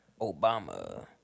Obama